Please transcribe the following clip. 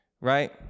right